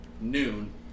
noon